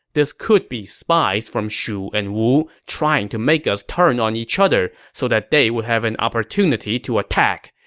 this could be spies from shu and wu trying to make us turn on each other so that they would have an opportunity to attack.